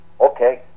Okay